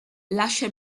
lascia